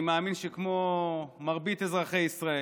כמו מרבית אזרחי ישראל,